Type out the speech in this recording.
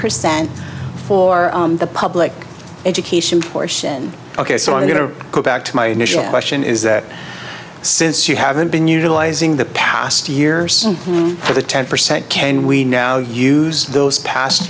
percent for the public education portion ok so i'm going to go back to my initial question is that since you haven't been utilizing the past year simply for the ten percent can we now use those past